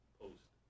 post